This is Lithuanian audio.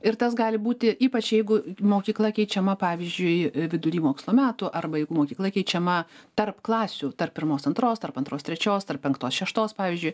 ir tas gali būti ypač jeigu mokykla keičiama pavyzdžiui vidury mokslo metų arba jeigu mokykla keičiama tarp klasių tarp pirmos antros tarp antros trečios tarp penktos šeštos pavyzdžiui